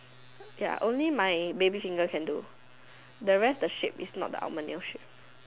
ya only my baby finger can do the rest the shape is not the almond nail shape